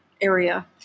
area